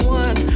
one